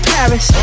Paris